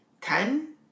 Ten